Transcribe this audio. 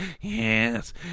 Yes